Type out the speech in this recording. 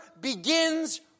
begins